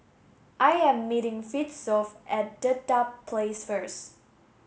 I am meeting Fitzhugh at Dedap Place first